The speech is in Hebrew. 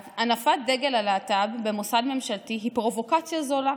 "הנפת דגל הלהט"ב במוסד ממשלתי היא פרובוקציה זולה